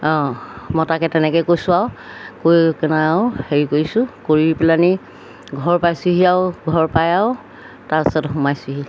অঁ মই তাকে তেনেকৈ কৈছোঁ আৰু কৈ কেনে আৰু হেৰি কৰিছোঁ কৰি পেলানি ঘৰ পাইছোঁহি আৰু ঘৰ পাই আৰু তাৰপাছত সোমাইছোঁহি